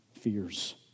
fears